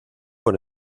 con